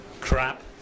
crap